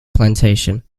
plantation